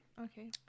Okay